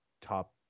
top